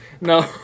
No